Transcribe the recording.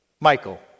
Michael